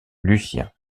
lucien